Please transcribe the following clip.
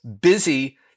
busy